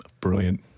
brilliant